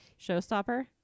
showstopper